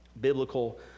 biblical